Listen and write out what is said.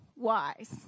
wise